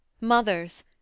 mothers